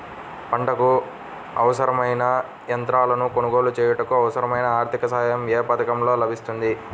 పంటకు అవసరమైన యంత్రాలను కొనగోలు చేయుటకు, అవసరమైన ఆర్థిక సాయం యే పథకంలో లభిస్తుంది?